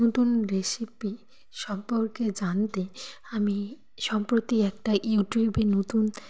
নতুন রেসিপি সম্পর্কে জানতে আমি সম্প্রতি একটা ইউটিউবে নতুন